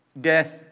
Death